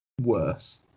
worse